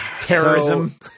Terrorism